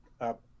up